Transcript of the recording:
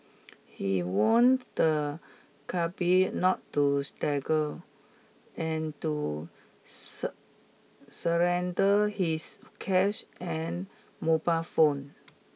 he warned the cabby not to struggle and to surrender his cash and mobile phone